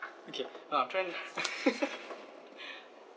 okay no I'm trying to